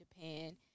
Japan